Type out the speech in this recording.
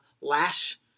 lash